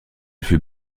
fut